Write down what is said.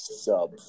sub